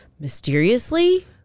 mysteriously